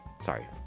sorry